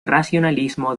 racionalismo